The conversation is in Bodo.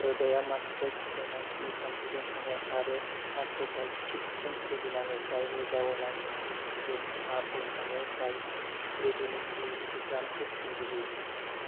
रोदाया मास्टइड साइनासनि साखाथिजों थाङो आरो मास्टइडाइटिसजों भुगिनाङो जायनि जाहोनाव मेनिन्जेसआ बुगाखाङो जाय ग्रेडेनिगनि सिट्रामखौ सोमजिहोयो